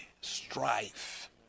strife